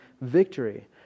victory